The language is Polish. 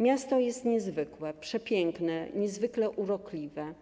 Miasto jest niezwykłe, przepiękne, niezwykle urokliwe,